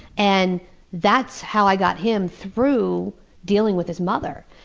and that's how i got him through dealing with his mother.